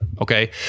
Okay